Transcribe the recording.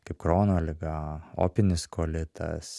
kaip krono liga opinis kolitas